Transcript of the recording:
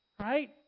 Right